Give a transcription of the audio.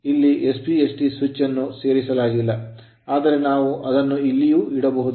ಇಲ್ಲಿ SPST switch ಅನ್ನು ಸೇರಿಸಲಾಗಿಲ್ಲ ಆದರೆ ನಾವು ಅದನ್ನು ಇಲ್ಲಿಯೂ ಇಡಬಹುದು